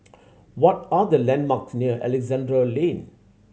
what are the landmarks near Alexandra Lane